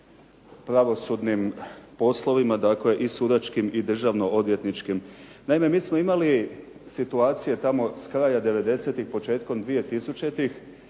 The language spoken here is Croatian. pravosudnim poslovima, dakle sudačkim i državno odvjetničkim. Naime, mi smo imali situacije tamo s kraja 90. početkom 2000.